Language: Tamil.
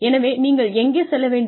எனவே நீங்கள் எங்கு செல்ல வேண்டும்